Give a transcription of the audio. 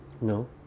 No